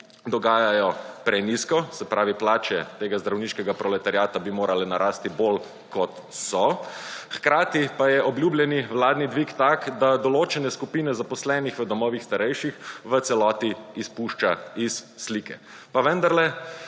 dogajajo prenizko, se pravi plače tega zdravniškega proletariata bi morale narasti bolj kot so, hkrati pa je obljubljeni vladni dvig tak, da določene skupine zaposlenih v domovih starejših v celoti izpušča iz slike, pa vendarle